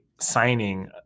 signing –